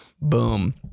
Boom